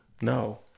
No